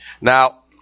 Now